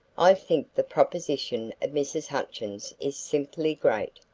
i think the proposition of mrs. hutchins is simply great,